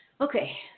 Okay